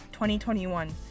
2021